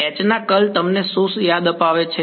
H ના curl તમને શું યાદ અપાવે છે